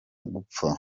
gupfa